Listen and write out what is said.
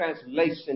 Translation